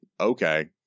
okay